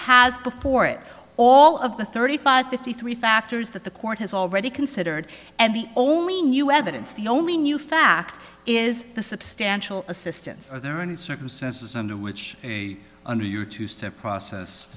has before it all of the thirty five fifty three factors that the court has already considered and the only new evidence the only new fact is the substantial assistance are there any circumstances under which a under your two step process